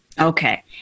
Okay